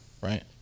right